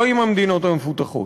לא עם המדינות המפותחות.